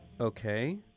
Okay